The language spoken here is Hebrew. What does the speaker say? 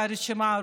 והרשימה ארוכה.